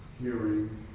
hearing